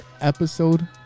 episode